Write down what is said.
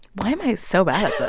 why am i so bad